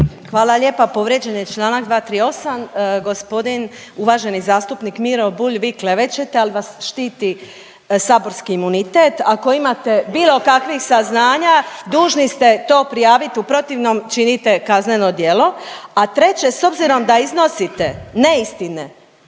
Hvala lijepa. Povrijeđen je Članak 238., gospodin uvaženi zastupnik Miro Bulj vi klevećete, ali vas štiti saborski imunitet. Ako imate bilo kakvih saznanja dužni ste to prijaviti u protivnom činite kazneno djelo, a treće s obzirom da iznosite neistine